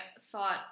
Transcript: thought